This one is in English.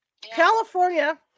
California